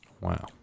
Wow